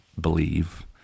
believe